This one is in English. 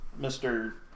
Mr